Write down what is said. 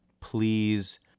please